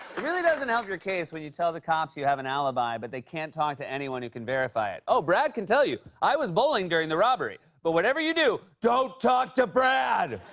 really doesn't help your case when you tell the cops you have an alibi, but they can't talk to anyone who can verify it. oh, brad can tell you. i was bowling during the robbery. but whatever you do, don't talk to brad!